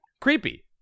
Creepy